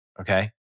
Okay